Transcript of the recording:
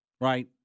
right